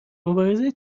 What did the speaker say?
مبارزه